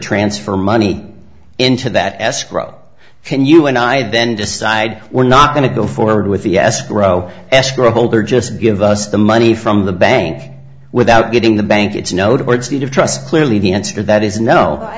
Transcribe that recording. transfer money into that escrow can you and i then decide we're not going to go forward with the escrow escrow holder just give us the money from the bank without getting the bank it's notable it's deed of trust clearly the answer to that is no i